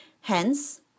Hence